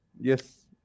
Yes